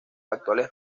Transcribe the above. actuales